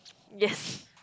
yes